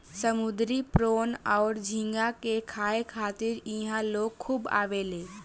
समुंद्री प्रोन अउर झींगा के खाए खातिर इहा लोग खूब आवेले